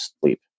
sleep